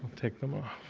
take them off.